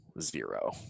zero